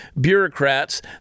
bureaucrats